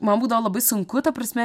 man būdavo labai sunku ta prasme